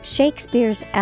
Shakespeare's